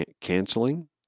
canceling